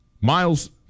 Miles